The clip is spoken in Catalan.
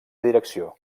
direcció